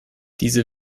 diese